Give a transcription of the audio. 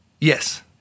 Yes